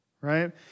right